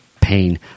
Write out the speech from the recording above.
pain